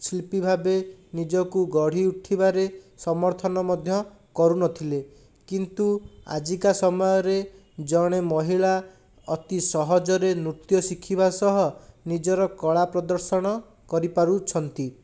ଶିଳ୍ପୀ ଭାବେ ନିଜକୁ ଗଢ଼ି ଉଠିବାରେ ସମର୍ଥନ ମଧ୍ୟ କରୁନଥିଲେ କିନ୍ତୁ ଆଜିକା ସମୟରେ ଜଣେ ମହିଳା ଅତି ସହଜରେ ନୃତ୍ୟ ଶିଖିବା ସହ ନିଜର କଳା ପ୍ରଦର୍ଶନ କରିପାରୁଛନ୍ତି